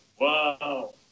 Wow